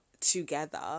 together